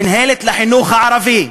מינהלת לחינוך הערבי.